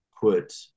put